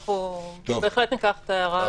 אנחנו בהחלט ניקח את ההערה לתשומת הלב.